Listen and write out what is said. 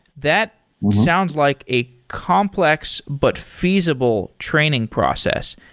that sounds like a complex but feasible training process.